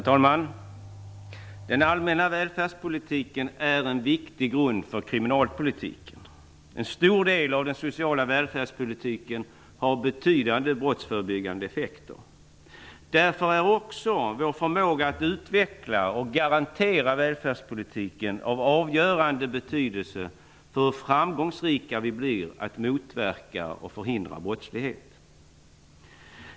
Herr talman! Den allmänna välfärdspolitiken är en viktig grund för kriminalpolitiken. En stor del av den sociala välfärdspolitiken har betydande brottsförebyggande effekter. Därför är också vår förmåga att utveckla och garantera välfärdspolitiken av avgörande betydelse för hur framgångsrika vi blir i att motverka och förhindra brottslighet.